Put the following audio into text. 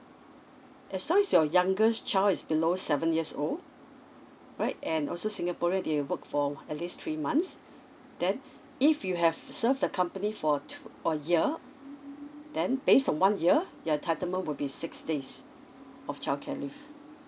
as long as your youngest child is below seven years old right and also singaporean they work for at least three months then if you have serve the company for two a year then based on one year the entitlement will be six days of childcare leave